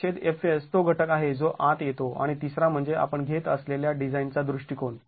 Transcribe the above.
तर FyFs तो घटक आहे जो आत येतो आणि तिसरा म्हणजे आपण घेत असलेल्या डिझाईनचा दृष्टिकोन